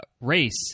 race